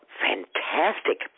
fantastic